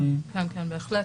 כן, בהחלט.